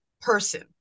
person